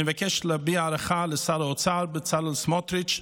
אני מבקש להביע הערכה לשר האוצר בצלאל סמוטריץ',